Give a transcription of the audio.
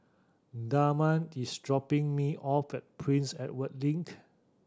Damari is dropping me off at Prince Edward Link